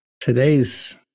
today's